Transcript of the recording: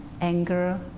anger